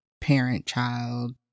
parent-child